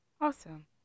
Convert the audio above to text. Awesome